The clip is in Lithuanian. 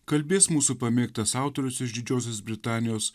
kalbės mūsų pamėgtas autorius iš didžiosios britanijos